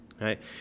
right